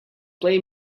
play